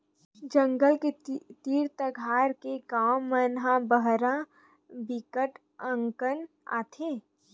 जंगल के तीर तखार के गाँव मन म बरहा बिकट अकन आथे